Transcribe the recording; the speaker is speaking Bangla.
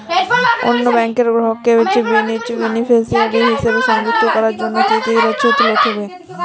অন্য ব্যাংকের গ্রাহককে বেনিফিসিয়ারি হিসেবে সংযুক্ত করার জন্য কী কী নথি লাগবে?